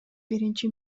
биринчи